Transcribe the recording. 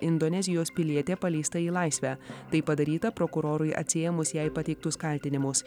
indonezijos pilietė paleista į laisvę tai padaryta prokurorui atsiėmus jai pateiktus kaltinimus